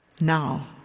now